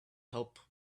help